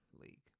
League